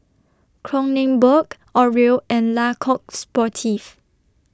Kronenbourg Oreo and Le Coq Sportif